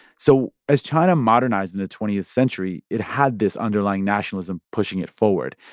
so as china modernized in the twentieth century, it had this underlying nationalism pushing it forward.